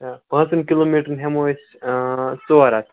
پانٛژَن کِلوٗ میٖٹرَن ہٮ۪مو أسۍ ژور ہَتھ